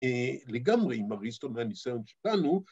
‫לגמרי עם אריסטו והניסיון שלנו.